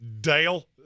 Dale